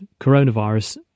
coronavirus